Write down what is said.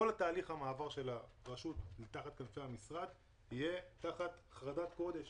כל תהליך המעבר של הרשות תחת כנפי המשרד יהיה תחת החלטת קודש